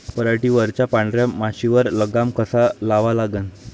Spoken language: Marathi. पराटीवरच्या पांढऱ्या माशीवर लगाम कसा लावा लागन?